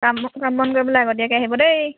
কাম ব কাম বন কৰিবলৈ আগতীয়াকৈ আহিব দেই